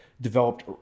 developed